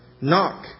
Knock